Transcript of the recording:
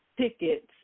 tickets